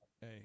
Hey